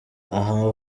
aha